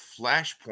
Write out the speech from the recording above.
Flashpoint